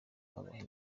abaha